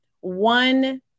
one